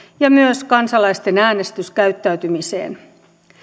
ja myös kansalaisten äänestyskäyttäytymiseen